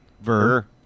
Ver